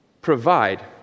provide